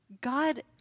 God